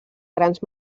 grans